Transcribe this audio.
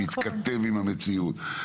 שיתכתב עם המציאות,